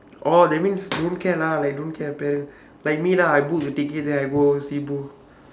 orh that means don't care lah like I don't care parents like me lah I book the tickets then I go see